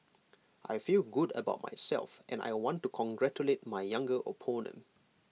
I feel good about myself and I want to congratulate my younger opponent